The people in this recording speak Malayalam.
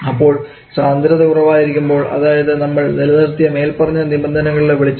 അപ്പോൾ സാന്ദ്രത കുറവായിരിക്കുംപോൾ അതായത് നമ്മൾ നിലനിർത്തിയ മേൽപ്പറഞ്ഞ നിബന്ധനകളുടെ വെളിച്ചത്തിൽ